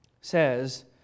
says